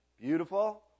Beautiful